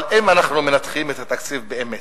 אבל אם אנחנו מנתחים את התקציב באמת,